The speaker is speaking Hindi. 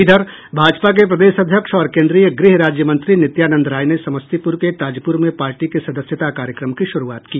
इधर भाजपा के प्रदेश अध्यक्ष और केन्द्रीय गृह राज्यमंत्री नित्यानंद राय ने समस्तीपुर के ताजपुर में पार्टी के सदस्यता कार्यक्रम की शुरूआत की